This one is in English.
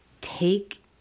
Take